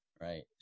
Right